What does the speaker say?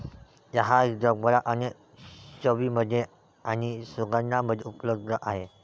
चहा जगभरात अनेक चवींमध्ये आणि सुगंधांमध्ये उपलब्ध आहे